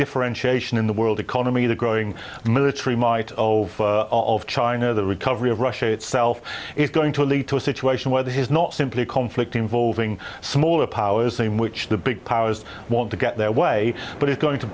differentiation in the world economy the growing military might of of china the recovery of russia itself is going to lead to a situation where his not simply a conflict involving smaller powers in which the big powers want to get their way but it's going to